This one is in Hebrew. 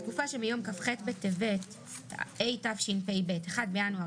הוראת שעה 27. בתקופה שמיום כ"ח בטבת התשפ"ב (1 בינואר